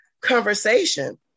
conversation